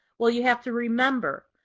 well you have to remember.